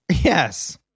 yes